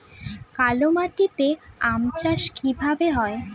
কালো মাটিতে আম চাষ কি ভালো হয়?